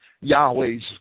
Yahweh's